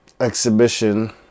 Exhibition